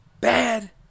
Bad